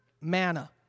manna